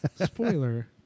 Spoiler